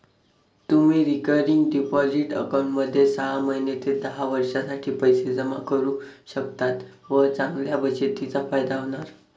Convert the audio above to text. तुम्ही recurring deposit अकाउंटमध्ये सहा महिने ते दहा वर्षांसाठी पैसे जमा करू शकता व चांगल्या बचतीचा फायदा होणार